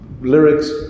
Lyrics